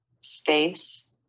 space